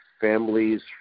families